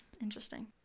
Interesting